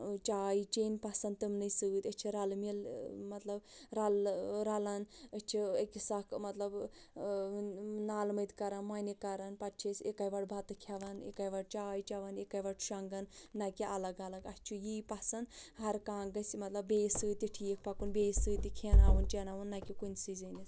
چاے چیٚنۍ پَسَنٛد تِمنٕے سۭتۍ أسۍ چھِ رَلہٕ مِلہٕ مَطلَب رلہٕ رَلان أسۍ چھِ أکِس اکھ مَطلَب نالہٕ مٔتۍ کَران مۅنہِ کران پَتہٕ چھِ أسۍ اِکے وٹہٕ بَتہٕ کھیٚوان اِکے وٹہٕ چاے چَوان اِکے وٹہٕ شۅنٛگان نہَ کہِ الگ الگ اَسہِ چھُ یی پسنٛد ہر کانٛہہ گَژھِ مَطلَب بیٚیِس سۭتۍ تہِ ٹھیٖک پَکُن بیٚیِس سۭتۍ تہِ کھیٛاناوُن چاناوُن نہَ کہِ کُنسٕے زٔنِس